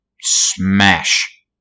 smash